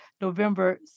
November